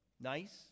Nice